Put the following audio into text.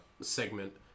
segment